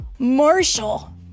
Marshall